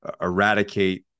eradicate